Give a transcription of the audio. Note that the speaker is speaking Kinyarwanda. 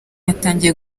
yatangiye